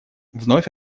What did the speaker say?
вновь